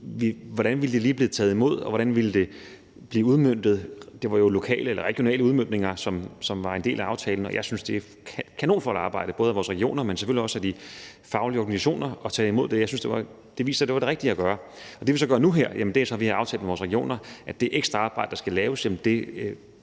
hvordan ville det lige blive taget imod, hvordan ville det blive udmøntet? Det var jo regionale udmøntninger, som var en del af aftalen, og jeg synes, det har været et kanonflot arbejde både af vores regioner, men selvfølgelig også af de faglige organisationer at tage imod det. Jeg synes, det viser, at det var det rigtige at gøre. Det, vi så gør nu her, er, at vi har aftalt med vores regioner, at det ekstra arbejde, der skal laves,